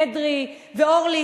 אדרי ואורלי,